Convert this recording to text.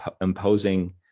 imposing